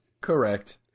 Correct